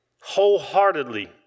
wholeheartedly